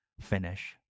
finish